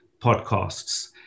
podcasts